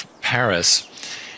Paris